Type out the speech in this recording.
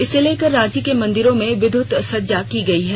इसे लेकर रांची के मंदिरों में विद्यत सज्जा की गयी है